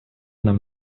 нам